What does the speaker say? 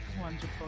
wonderful